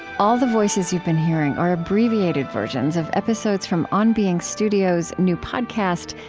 all the voices you've been hearing are abbreviated versions of episodes from on being studios' new podcast,